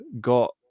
got